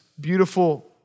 beautiful